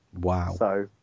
Wow